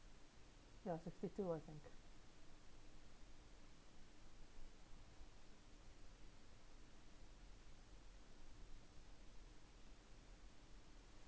ya sixty two I think